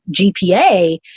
GPA